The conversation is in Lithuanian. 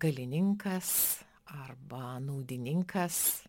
galininkas arba naudininkas